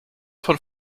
von